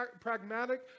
pragmatic